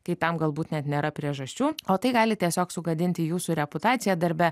kai tam galbūt net nėra priežasčių o tai gali tiesiog sugadinti jūsų reputaciją darbe